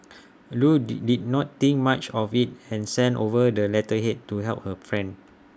Loo did did not think much of IT and sent over the letterhead to help her friend